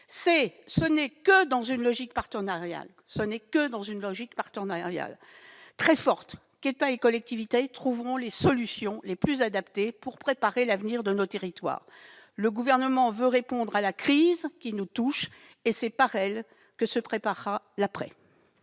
ce n'est que dans une logique partenariale très forte qu'État et collectivités trouveront les solutions les plus adaptées pour préparer l'avenir de nos territoires. Le Gouvernement veut ainsi répondre à la crise qui nous touche, pour nous préparer à